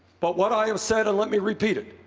but what i have said, and let me repeat it,